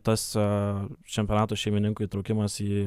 tas čempionato šeimininkų įtraukimas į